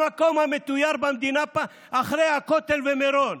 המקום המתויר במדינה אחרי הכותל ומירון.